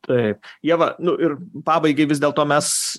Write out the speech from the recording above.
taip ieva nu ir pabaigai vis dėlto mes